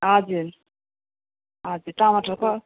हजुर हजुर टमाटरको